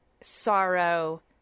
sorrow